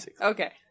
Okay